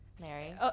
Mary